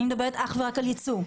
אני מדברת אך ורק על ייצוא.